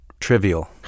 trivial